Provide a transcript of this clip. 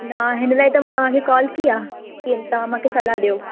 न हिन लाइ त मां तव्हां खे कॉल कई आहे की तव्हां मांखे सलाह ॾियो